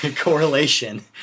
correlation